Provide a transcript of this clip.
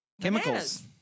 chemicals